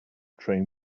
train